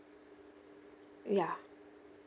ya